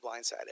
blindsided